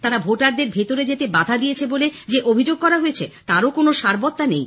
তারা ভোটারদের ভেতরে যেতে বাধা দিয়েছে বলে যে অভিযোগ করা হয়েছে তারও কোনো সারবত্তা নেই